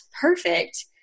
perfect